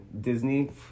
Disney